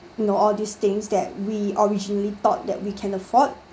you know all these things that we originally thought that we can afford